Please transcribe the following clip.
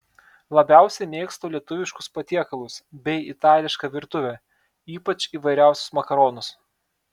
labiausiai mėgstu lietuviškus patiekalus bei itališką virtuvę ypač įvairiausius makaronus